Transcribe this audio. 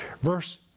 Verse